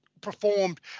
performed